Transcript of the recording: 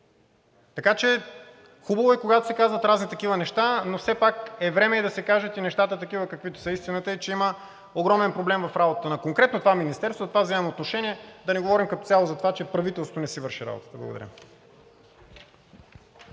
Така че хубаво е, когато се казват разни такива неща, но все пак е време да се кажат нещата такива, каквито са. Истината е, че има огромен проблем в работата конкретно на това министерство. Затова взимам отношение, а да не говорим като цяло за това, че правителството не си върши работата. Благодаря.